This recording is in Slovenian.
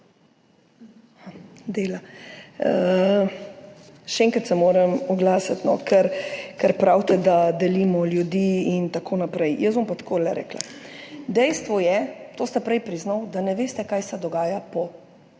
Še enkrat se moram oglasiti, ker pravite, da delimo ljudi in tako naprej. Jaz bom pa takole rekla. Dejstvo je, to ste prej priznali, da ne veste, kaj se dogaja po